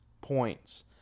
points